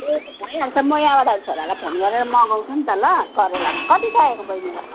ए भइहाल्छ म यहाँबाट छोरालाई फोन गरेर मगाउँछु नि त ल करेला कति चाहिएको बहिनीलाई